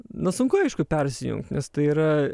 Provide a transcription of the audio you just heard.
nu sunku aišku persijungt nes tai yra